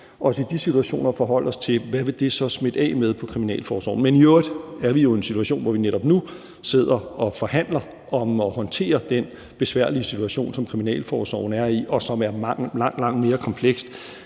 også i de situationer at forholde os til, hvad det så vil smitte af med på kriminalforsorgen. Men i øvrigt er vi i en situation, hvor vi netop nu sidder og forhandler om at håndtere den besværlige situation, som kriminalforsorgen er i, og som er langt, langt mere kompleks